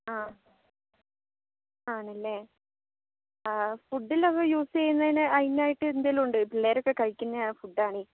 ആ ആണല്ലേ ആ ഫുഡിലൊക്കെ യൂസ് ചെയ്യുന്നതിന് അതിനായിട്ട് എന്തെങ്കിലും ഉണ്ടോ പിള്ളേരൊക്കെ കഴിക്കുന്ന ഫുഡാണേ